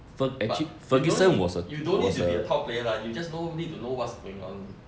but you don't need you don't need to be a top player lah you just know need to know what's going on